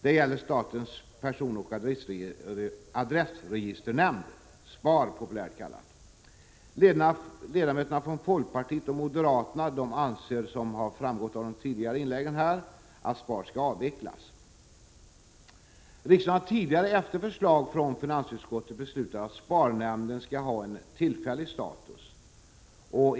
Den gäller statens personoch adressregisternämnd, populärt kallad SPAR-nämnden. Ledamöterna från folkpartiet och moderaterna anser, som framgått av de tidigare inläggen, att SPAR-nämnden skall avvecklas. Riksdagen har tidigare efter förslag från finansutskottet beslutat att SPAR-nämnden skall ha en tillfällig status.